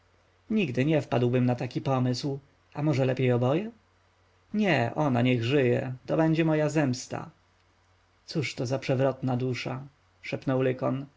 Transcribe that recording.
nigdy nie wpadłbym na taki pomysł a może lepiej oboje nie ona niech żyje to będzie moja zemsta cóż to za przewrotna dusza szepnął